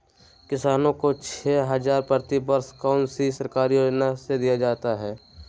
किसानों को छे हज़ार प्रति वर्ष कौन सी सरकारी योजना से दिया जाता है?